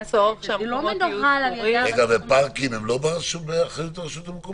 זה לא מנוהל על ידה --- פארקים הם לא באחריות הרשות המקומית?